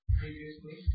previously